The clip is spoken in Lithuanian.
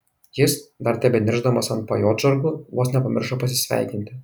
jis dar tebeniršdamas ant pajodžargų vos nepamiršo pasisveikinti